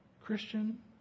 Christian